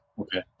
Okay